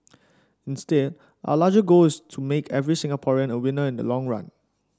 instead our larger goal is to make every Singaporean a winner in the long run